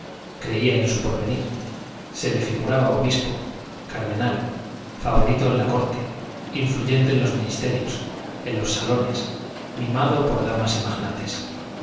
creía en su porvenir se le figuraba obispo cardenal favorito en la corte influyente en los ministerios en los salones mimado por damas y magnates